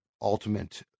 ultimate